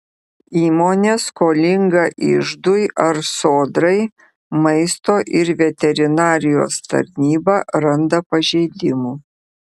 įmonė skolinga iždui ar sodrai maisto ir veterinarijos tarnyba randa pažeidimų